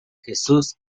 jesús